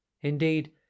Indeed